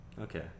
Okay